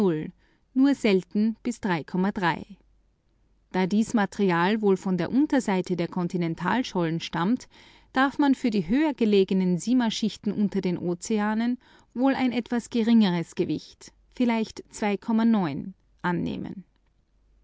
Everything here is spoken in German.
nur selten bis da dies material wohl meist etwa von der unterseite der kontinentalschollen stammt darf man für die höher gelegenen simaschichten unter den ozeanen wohl ein etwas geringeres gewicht vielleicht zwei annehmen